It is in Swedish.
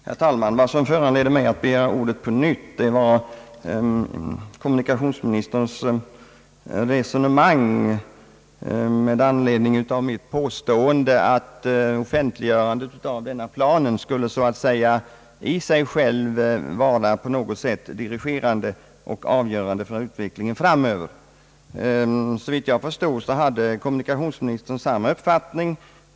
Herr talman! Vad som föranleder mig att begära ordet på nytt var kommunikationsministerns resonemang med anledning av mitt påstående att offentliggörandet av denna plan skulle så att säga i sig självt vara på något sätt dirigerande och avgörande för utvecklingen framöver i en bygd. Såvitt jag förstår hade kommunikationsministern samma uppfattning.